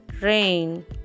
Rain